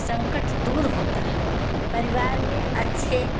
संकट दूर होता है परिवार में अच्छे